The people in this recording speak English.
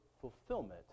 fulfillment